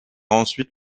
ensuite